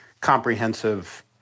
comprehensive